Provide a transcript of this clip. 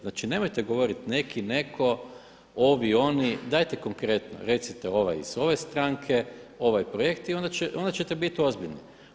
Znači nemojte govoriti neki, neko, ovi, oni dajte konkretno recite ovaj iz ove stranke, ovaj projekt i onda ćete biti ozbiljni.